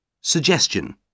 Suggestion